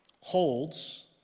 holds